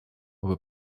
аби